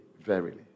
verily